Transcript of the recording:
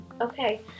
Okay